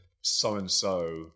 so-and-so